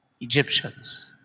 Egyptians